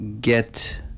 get